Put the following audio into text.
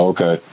Okay